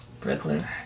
Brooklyn